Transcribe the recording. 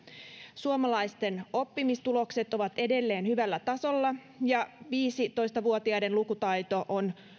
suomalaisten oppimistulokset ovat edelleen hyvällä tasolla ja viisitoista vuotiaiden lukutaito on